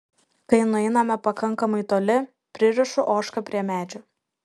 kai nueiname pakankamai toli pririšu ožką prie medžio